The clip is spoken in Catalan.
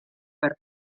per